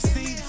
See